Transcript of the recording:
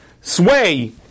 sway